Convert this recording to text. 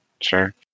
sure